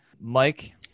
Mike